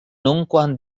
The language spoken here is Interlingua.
nunquam